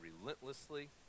relentlessly